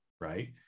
right